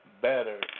better